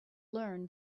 learn